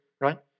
right